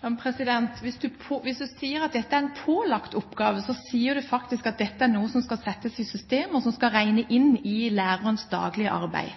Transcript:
Hvis man sier at dette er en pålagt oppgave, sier man faktisk at dette er noe som skal settes i system, og som skal regnes inn i lærernes daglige arbeid.